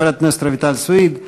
חברת הכנסת רויטל סויד.